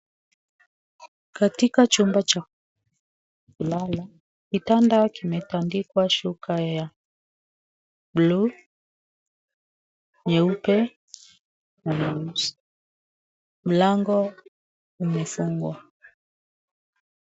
Katika chumba cha kulala, kitanda kimetandikwa shuka ya bluu, nyeupe, na nueusi. Mlango umefungwa.